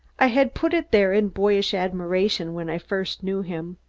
i had put it there in boyish admiration when i first knew him.